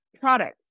product